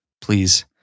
Please